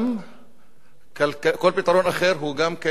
וכל פתרון אחר הוא גם משתלם פחות.